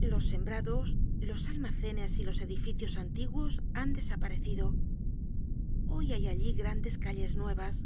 los sembrados los almacenes y los edificios antiguos han desaparecido hoy hay allí grandes calles nuevas